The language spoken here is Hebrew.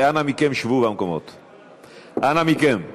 אנא מכם שבו במקומות, אנא מכם.